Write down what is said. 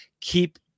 keep